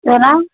तोहरा